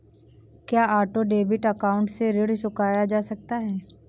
क्या auto debit account से ऋण चुकाया जा सकता है?